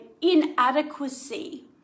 inadequacy